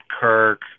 Kirk